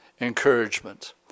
encouragement